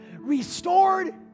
restored